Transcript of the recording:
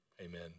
Amen